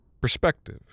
perspective